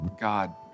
God